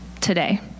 today